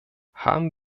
haben